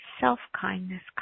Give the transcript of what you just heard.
self-kindness